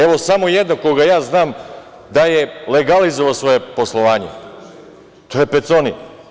Evo samo jedan koga ja znam da je legalizovao svoje poslovanje, to je Peconi.